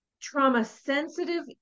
trauma-sensitive